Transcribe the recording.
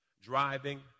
driving